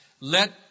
Let